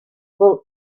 but